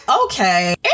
Okay